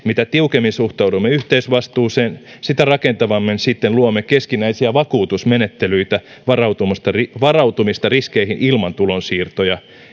mitä tiukemmin suhtaudumme yhteisvastuuseen sitä rakentavammin sitten luomme keskinäisiä vakuutusmenettelyitä varautumista riskeihin ilman tulonsiirtoja